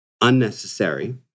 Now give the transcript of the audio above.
unnecessary